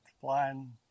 flying